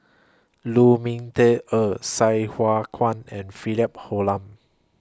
Lu Ming Teh Earl Sai Hua Kuan and Philip Hoalim